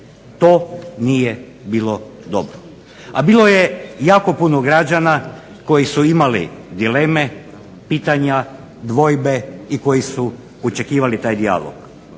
To nije bilo dobro. A bilo je jako puno građana koji su imali dileme, pitanja, dvojbe i koji su očekivali taj dijalog.